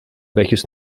welches